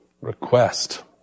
request